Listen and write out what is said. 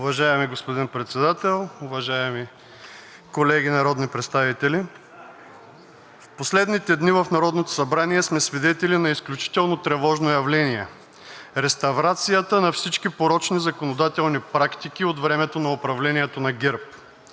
Уважаеми господин Председател, уважаеми колеги народни представители! В последните дни в Народното събрание сме свидетели на изключително тревожно явление – реставрацията на всички порочни законодателни практики от времето на управлението на ГЕРБ.